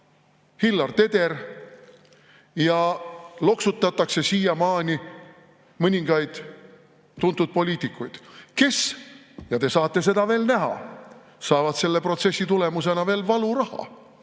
Hillar Teder ja loksutatakse siiamaani mõningaid tuntud poliitikuid, kes – te saate seda veel näha – saavad selle protsessi tulemusena veel valuraha,